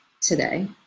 today